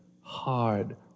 hard